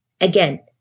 Again